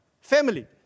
family